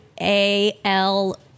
A-L